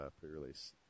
pre-release